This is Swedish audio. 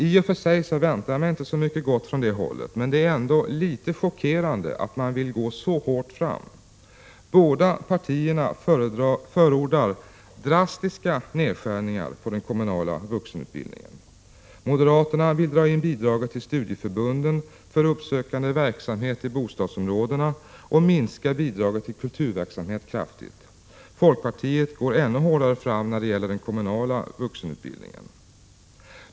I och för sig väntar jag mig inte så mycket gott från det hållet, men det är ändå litet chockerande att man vill gå så hårt fram. Båda partierna förordar drastiska nedskärningar på den kommunala vuxenutbildningen. Moderaterna vill dra in bidraget till studieförbunden för uppsökande verksamhet i bostadsområdena och minska bidraget till kulturverksamhet kraftigt. Folkpartiet går ännu hårdare fram mot den kommunala vuxenutbildningen.